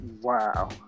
Wow